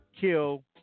kill